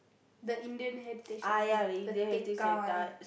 the Indian Heritage Centre the Tekka one